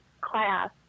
class